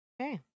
Okay